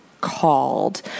called